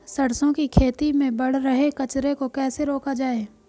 सरसों की खेती में बढ़ रहे कचरे को कैसे रोका जाए?